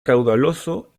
caudaloso